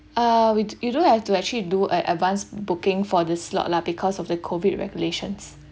uh we~ you do have to actually do uh advanced booking for the slot lah because of the COVID regulations